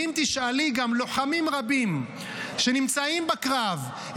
ואם תשאלי גם לוחמים רבים שנמצאים בקרב,